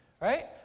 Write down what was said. Right